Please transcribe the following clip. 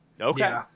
okay